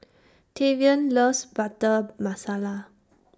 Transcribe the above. Tavion loves Butter Masala